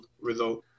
result